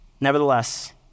Nevertheless